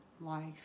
life